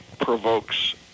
provokes